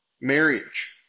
marriage